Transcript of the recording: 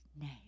name